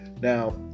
now